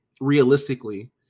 realistically